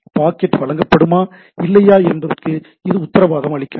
packet வழங்கப்படுமா இல்லையா என்பதற்கு இது உத்தரவாதம் அளிக்காது